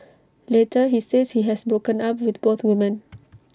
later he says he has broken up with both women